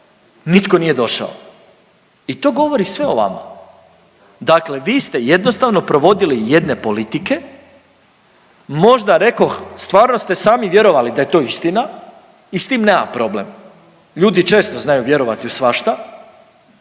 nitko nije došao. I to govori sve o vama. Dakle, vi ste jednostavno provodili jedne politike možda rekoh stvarno ste sami vjerovali da je to istina i s tim nemam problem, ljudi često znaju vjerovati u svašta,